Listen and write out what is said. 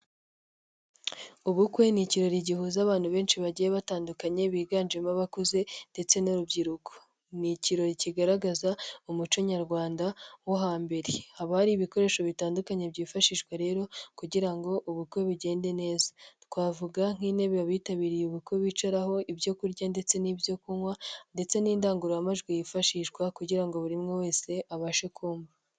Ubukwe ni ikirori gihuza abantu benshi bagiye batandukanye, biganjemo abakuze ndetse n'urubyiruko. Ni ikirori kigaragaza umuco nyarwanda wo hambere. Haba hari ibikoresho bitandukanye byifashishwa rero kugira ngo ubukwe bugende neza. Twavuga: nk'intebe abitabiriye ubukwe bicaraho, ibyo kurya ndetse n'ibyo kunywa ndetse n'indangururamajwi yifashishwa kugira ngo buri muntu wese abashe kumva.